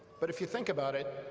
but if you think about it,